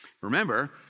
Remember